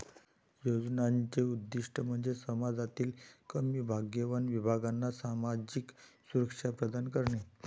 योजनांचे उद्दीष्ट म्हणजे समाजातील कमी भाग्यवान विभागांना सामाजिक सुरक्षा प्रदान करणे